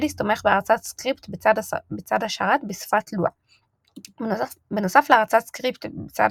Redis תומך בהרצת סקריפט בצד השרת בשפת Lua. בנוסף להרצת סקריפט בצד